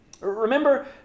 Remember